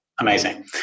Amazing